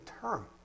term